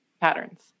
patterns